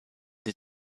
the